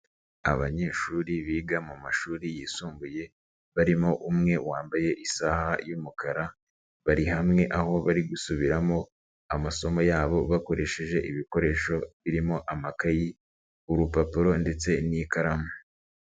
Abanyeshuri biga mu mashuri yisumbuye barimo umwe wambaye isaha y'umukara, bari hamwe aho bari gusubiramo amasomo yabo bakoresheje ibikoresho birimo amakayi, urupapuro ndetse n'ikaramu.